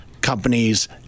companies